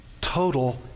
Total